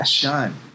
done